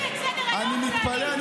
אני מתפלא.